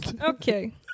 okay